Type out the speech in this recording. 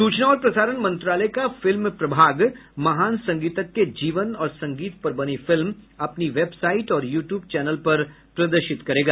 सूचना और प्रसारण मंत्रालय का फिल्म प्रभाग महान संगीतज्ञ के जीवन और संगीत पर बनी फिल्म अपनी वेबसाइट और यू ट्यूब चैनल पर प्रदर्शित करेगा